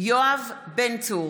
מתחייב אני יואב בן צור,